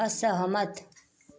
असहमत